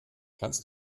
kannst